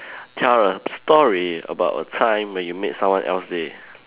tell a story about a time where you made someone else's day